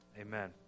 Amen